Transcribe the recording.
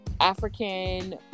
African